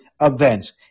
events